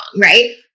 Right